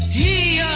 e